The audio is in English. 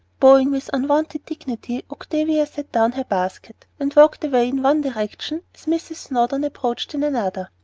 bowing with unwonted dignity, octavia set down her basket, and walked away in one direction as mrs. snowdon approached in another.